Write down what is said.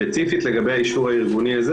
ספציפית לגבי האישור הארגוני הזה,